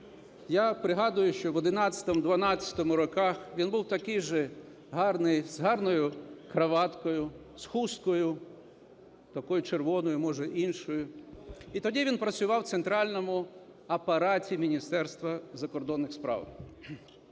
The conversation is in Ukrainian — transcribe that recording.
Я пригадую, що в 2011-2012 роках від був такий же гарний, з гарною краваткою, з хусткою такою червоною, може, іншою. І тоді він працював в центральному апараті Міністерства закордонних справ.